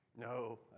No